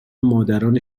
مادران